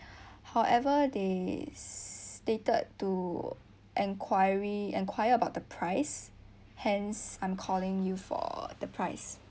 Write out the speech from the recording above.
however they stated to enquiry enquire about the price hence I'm calling you for the price